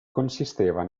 consisteva